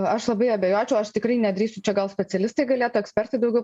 aš labai abejočiau aš tikrai nedrįsčiau čia gal specialistai galėtų ekspertai daugiau